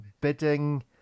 bidding